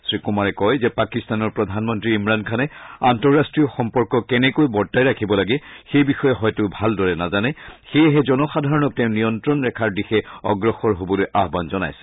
শ্ৰীকুমাৰে কয় যে পাকিস্তানৰ প্ৰধানমন্ত্ৰী ইমৰান খানে আন্তৰাষ্ট্ৰীয় সম্পৰ্ক কেনেকৈ বৰ্তাই ৰাখিব লাগে সেই বিষয়ে হয়তো ভালদৰে নাজানে সেয়েহে জনসাধাৰণক তেওঁ নিয়ন্ত্ৰণ ৰেখাৰ দিশে অগ্ৰসৰ হবলৈ আহান জনাইছে